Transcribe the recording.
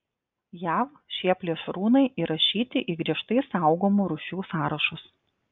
jav šie plėšrūnai įrašyti į griežtai saugomų rūšių sąrašus